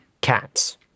Cats